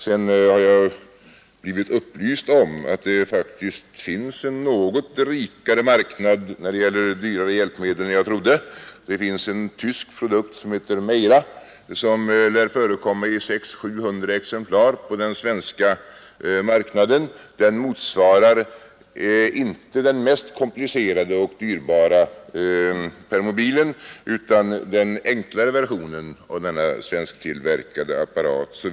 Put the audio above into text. Sedan har jag blivit upplyst om att det faktiskt finns en något rikare marknad när det gäller dyrare hjälpmedel än jag trodde. Det finns en tysk produkt som heter Meira och som lär förekomma i 600—-700 exemplar på den svenska marknaden. Den motsvarar inte den mest komplicerade och dyrbara permobilen utan den enklare versionen av denna svensktillverkade apparat.